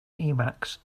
emacs